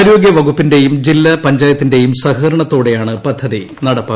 ആരോഗ്യവകുപ്പിന്റെയും ജില്ലാ പഞ്ചായത്തിന്റെയും സഹകരണത്തോടെയാണ് പദ്ധതി നടപ്പാക്കുന്നത്